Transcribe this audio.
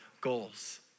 goals